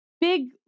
big